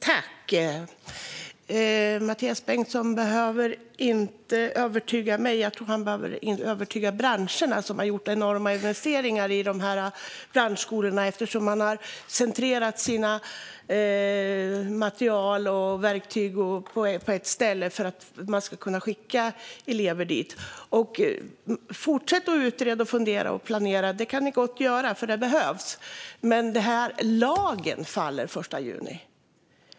Fru talman! Mathias Bengtsson behöver inte övertyga mig. Jag tror att han behöver övertyga branscherna som har gjort enorma investeringar i dessa branschskolor, eftersom de har centrerat sina material och verktyg till ett ställe för att kunna skicka elever dit. Ni kan gott fortsätta att utreda, fundera och planera, för det behövs. Men denna lag upphör att gälla den 1 juni.